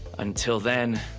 until then,